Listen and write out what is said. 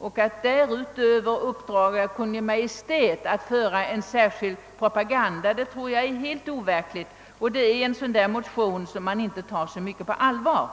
Att därutöver uppdra åt Kungl. Maj:t att föra en särskild propaganda, anser jag vara helt overkligt, och det är alltså här fråga om en sådan där motion som inte kan tas så mycket på allvar.